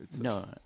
No